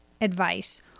Advice